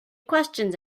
questions